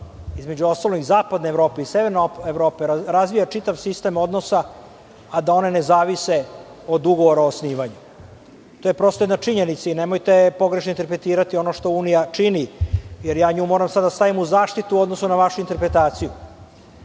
između ostalog i zapadne Evrope i severne Evrope razvija čitav sistem odnosa, a da one ne zavise od Ugovora o osnivanju. To je jedna činjenica i nemojte pogrešno interpretirati ono što EU čini, jer ja nju moram sada da stavim u zaštitu u odnosu na vašu interpretaciju.